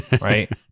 Right